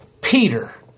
Peter